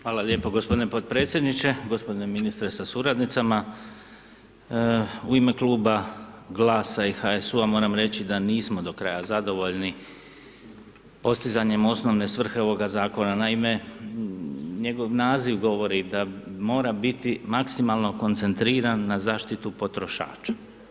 Hvala lijepo gospodine podpredsjedniče, gospodine ministre sa suradnicama, u ime Kluba GLAS-a i HSU-a moram reći da nismo do kraja zadovoljni postizanjem osnovne svrhe ovoga zakona, naime njegov naziv govori da mora biti maksimalno koncentriran na zaštitu potrošača.